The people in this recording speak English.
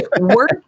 Work